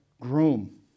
groom